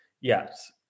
yes